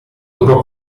duro